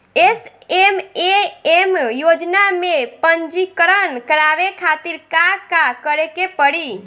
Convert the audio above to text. SMAM योजना में पंजीकरण करावे खातिर का का करे के पड़ी?